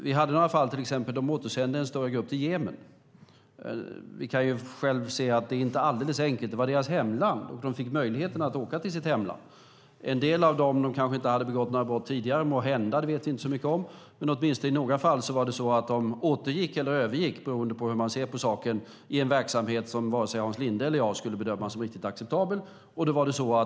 Vi hade några fall där de återsände en större grupp till Jemen. Vi kan själv se att det inte är alldeles enkelt. Det var deras hemland, och de fick möjligheten att åka till sitt hemland. En del av dem hade måhända inte begått några brott tidigare. Det vet vi inte så mycket om. Men åtminstone i några fall var det så att de återgick eller övergick, beroende på hur man ser på saken, i en verksamhet som vare sig Hans Linde eller jag skulle bedöma som riktigt acceptabel.